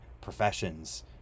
professions